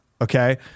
Okay